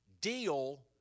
Deal